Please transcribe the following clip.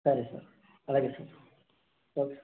సరే సార్ అలాగే sir okay